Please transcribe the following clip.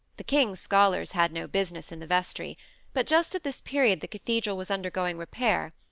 the king's scholars had no business in the vestry but just at this period the cathedral was undergoing repair,